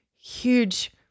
Huge